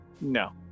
No